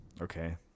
Okay